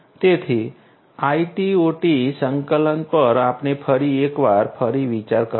તેથી IT OT સંકલન પર આપણે ફરી એક વાર ફરી વિચાર કરવો પડશે